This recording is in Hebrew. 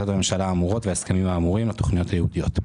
הממשלה האמורות וההסכמים האמורים לתוכניות הייעודיות.